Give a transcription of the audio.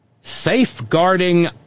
Safeguarding